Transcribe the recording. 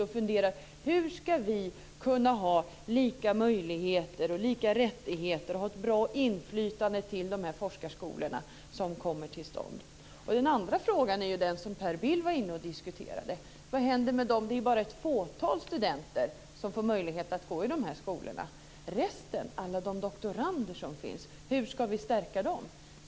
Man funderar på hur man ska kunna ha lika möjligheter och rättigheter och ett bra inflytande på de forskarskolor som kommer till stånd. Per Bill var inne på en annan fråga och diskuterade den: Vad händer med det fåtal - för det är bara ett fåtal - studenter som får möjlighet att gå i de här skolorna? Hur ska vi stärka resten - alla de doktorander som finns?